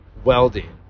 welding